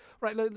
right